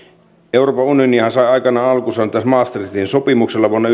euroopan unionihan sai aikanaan alkunsa maastrichtin sopimuksella vuonna